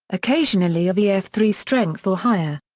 occasionally of e f three strength or higher.